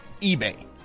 eBay